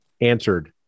answered